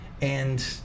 and-